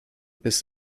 biss